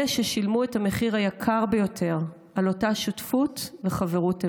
אלה ששילמו את המחיר היקר ביותר על אותה שותפות וחברות אמת.